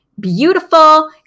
beautiful